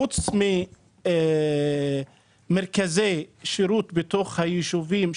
חוץ ממרכזי שירותים בתוך היישובים,